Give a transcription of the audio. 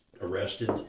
arrested